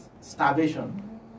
starvation